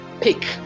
pick